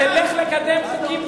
זה דבר חסר תקדים.